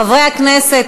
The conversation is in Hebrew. חברי הכנסת,